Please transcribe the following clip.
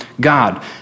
God